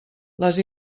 les